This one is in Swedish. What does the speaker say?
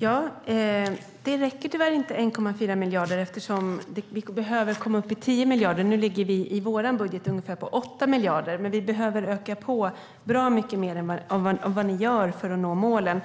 Herr talman! Det räcker tyvärr inte med 1,24 miljarder, eftersom vi behöver komma upp i 10 miljarder. Nu ligger vi i vår budget ungefär på 8 miljarder, men vi behöver öka på bra mycket mer än vad ni gör för att nå målen.